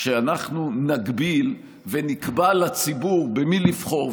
שאנחנו נגביל ונקבע לציבור במי לבחור,